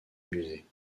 musée